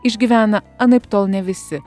išgyvena anaiptol ne visi